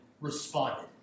responded